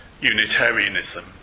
Unitarianism